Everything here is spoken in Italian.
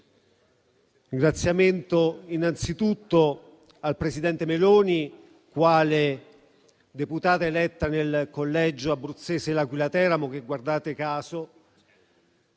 ringraziamenti, innanzitutto al presidente Meloni, quale deputata eletta nel collegio abruzzese L'Aquila-Teramo, che, guardate caso,